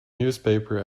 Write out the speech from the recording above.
newspaper